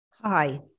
Hi